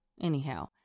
Anyhow